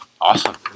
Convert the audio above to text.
Awesome